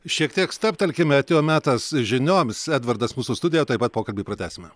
šiek tiek stabtelkime atėjo metas žinioms edvardas mūsų studijoje tuoj pat pokalbį pratęsime